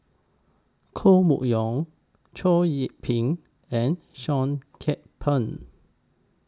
Koh Mun Yong Chow Yian Ping and Seah Kian Peng